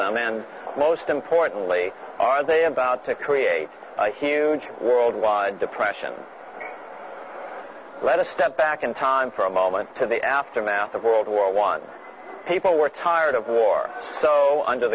them and most importantly are they about to create a huge worldwide depression let a step back in time for a moment to the aftermath of world war one people were tired of war so under